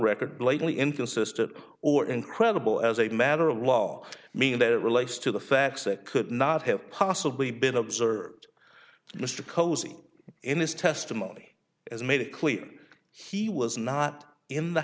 record blatantly inconsistent or incredible as a matter of law meaning that relates to the facts that could not have possibly been observed mr cosey in his testimony as made it clear he was not in the